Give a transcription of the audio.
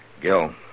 Gil